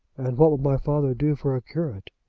and what will my father do for a curate?